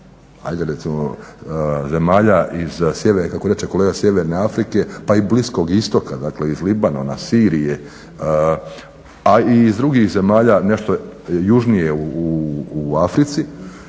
ajde recimo zemalja iz, kako reče kolega, sjeverne Afrike pa i Bliskog istoka, dakle iz Lebanona, Sirije, a i iz drugih zemalja nešto južnije u Africi